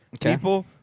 People